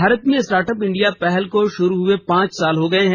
भारत में startup India पहल को शुरू हुए पांच साल हो गये हैं